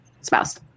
spouse